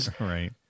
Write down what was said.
Right